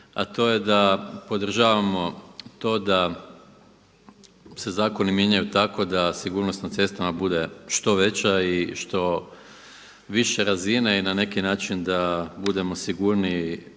a to je da podržavamo to da se zakoni mijenjaju tako da se sigurnost na cestama bude što veća i što više razine i na neki način budemo sigurniji